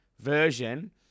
version